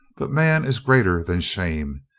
but man is greater than shame,